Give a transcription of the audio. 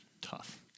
tough